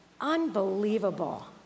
Unbelievable